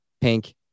pink